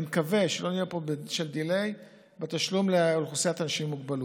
אני מקווה שלא נהיה פה ב-delay בתשלום לאוכלוסיית אנשים עם מוגבלות.